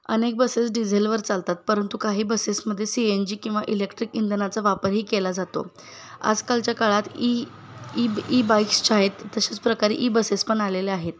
अनेक बसेस डिझेलवर चालतात परंतु काही बसेसमध्ये सी एन जी किंवा इलेक्ट्रिक इंधनाचा वापरही केला जातो आजकालच्या काळात ई ई बाईक्स ज्या आहेत तशाच प्रकारे ई बसेस पण आलेल्या आहेत